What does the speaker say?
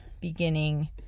beginning